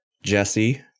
jesse